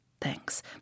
Thanks